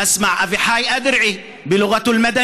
אנו שומעים את אבי דיכטר בשפה המודיעינית,